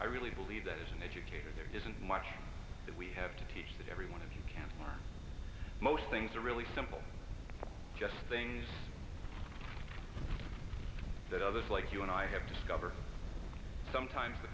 i really believe that as an educator there isn't much that we have to teach to everyone if you can for most things are really simple just things that others like you and i have discovered sometimes the